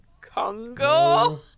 Congo